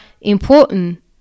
important